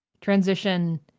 transition